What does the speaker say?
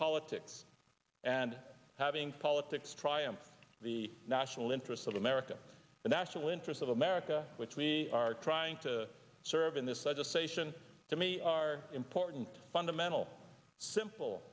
politics and having politics try and the national interests of america the national interest of america which we are trying to serve in this legislation to me are important fundamental simple